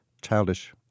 childish